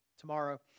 tomorrow